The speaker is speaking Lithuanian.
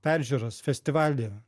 peržiūros festivalį